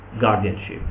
guardianship